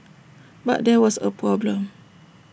but there was A problem